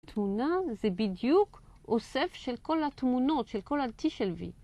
התמונה זה בדיוק אוסף של כל התמונות, של כל ה-T של V.